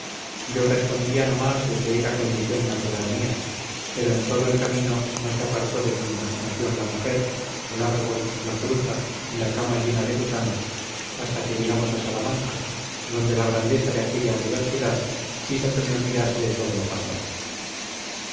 yo respondía no más de que era condición natural mía pero en todo el camino no se apartó de mi imaginación la mujer el árbol la fruta y la cama llena de gusanos hasta que llegamos a salamanca donde la grandeza de aquella universidad hizo que me olvidase de todo lo pasado